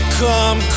come